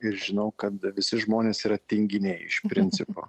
ir žinau kad visi žmonės yra tinginiai iš principo